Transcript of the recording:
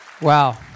wow